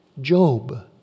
Job